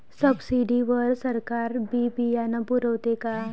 Subsidy वर सरकार बी बियानं पुरवते का?